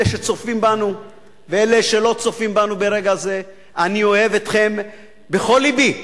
אלה שצופים בנו ואלה שלא צופים בנו ברגע זה: אני אוהב אתכם בכל לבי.